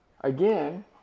again